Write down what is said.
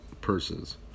purses